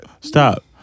Stop